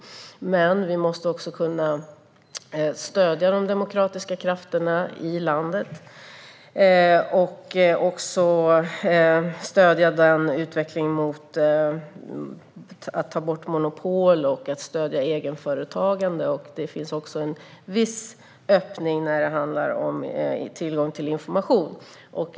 Men vi måste kunna stödja de demokratiska krafterna i landet och även stödja utvecklingen mot att ta bort monopol och att stödja egenföretagande. Det finns också en viss öppning när det handlar om tillgång till information.